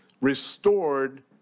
restored